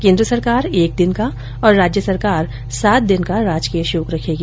केन्द्र सरकार एक दिन का और राज्य सरकार सात दिन का राजकीय शोक रखेगी